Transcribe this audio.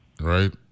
right